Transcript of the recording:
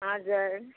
हजुर